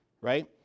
right